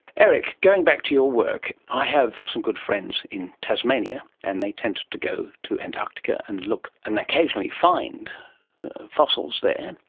erich, going back to your work, i have some good friends in tasmania and they tended to go to antarctica and look for and occasionally find fossils there,